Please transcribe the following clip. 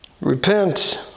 Repent